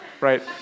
right